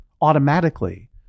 automatically